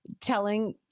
telling